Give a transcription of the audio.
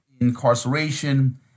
incarceration